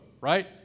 right